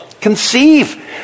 conceive